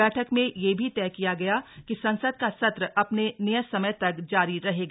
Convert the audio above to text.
बैठक में ये भी तय किया गया कि संसद का सत्र अपने नियत समय तक जारी रहेगा